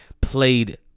played